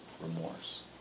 remorse